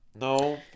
no